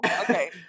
okay